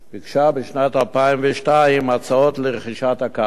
ביקשה בשנת 2002 הצעות לרכישת הקרקע.